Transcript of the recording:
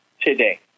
today